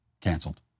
canceled